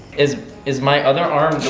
is is my other arm,